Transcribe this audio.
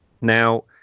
Now